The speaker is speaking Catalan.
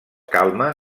calma